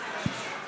זוהיר, מתי היה שלום?